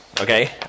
Okay